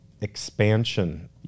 expansion